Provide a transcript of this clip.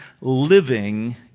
living